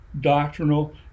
doctrinal